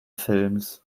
films